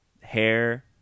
hair